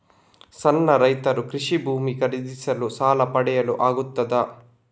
ಸಣ್ಣ ರೈತರು ಕೃಷಿ ಭೂಮಿ ಖರೀದಿಸಲು ಸಾಲ ಪಡೆಯಲು ಆಗ್ತದ?